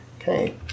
okay